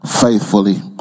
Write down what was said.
faithfully